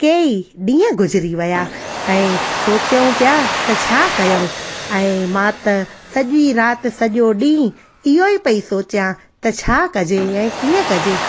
कई ॾींहं गुज़िरी विया ऐं सोचियूं पिया त छा कयूं ऐं मां त सॼी राति सॼो ॾींहुं इहो ई पई सोचिया त छा कजे ऐं कीअं कजे